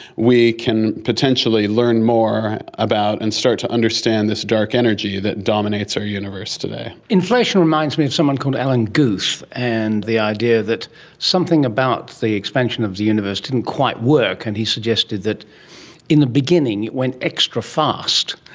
we can potentially learn more about and start to understand this dark energy that dominates our universe today. inflation reminds me of someone called alan guth, and the idea that something about the expansion of the universe didn't quite work and he suggested that in the beginning it went extra fast.